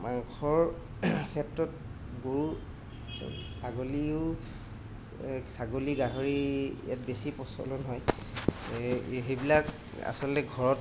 মাংসৰ ক্ষেত্ৰত গৰু ছাগলীও ছাগলী গাহৰি ইয়াত বেছি প্ৰচলন হয় সেইবিলাক আচলতে ঘৰত